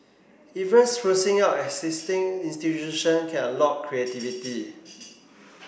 even sprucing up existing institution can unlock creativity